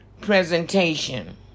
presentation